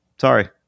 Sorry